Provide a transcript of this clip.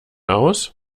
aus